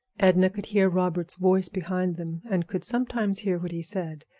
edna could hear robert's voice behind them, and could sometimes hear what he said.